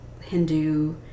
Hindu